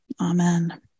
Amen